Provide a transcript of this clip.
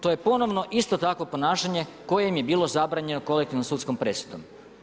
To je ponovno isto tako ponašanje koje im je bilo zabranjeno kolektivnom sudskom presudom.